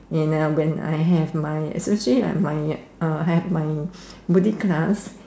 and uh when I have my especially like my uh have my Buddhist class